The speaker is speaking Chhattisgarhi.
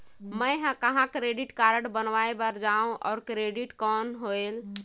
मैं ह कहाँ क्रेडिट कारड बनवाय बार जाओ? और क्रेडिट कौन होएल??